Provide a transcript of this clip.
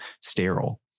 sterile